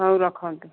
ହଉ ରଖନ୍ତୁ